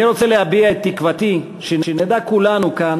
אני רוצה להביע את תקוותי שנדע כולנו כאן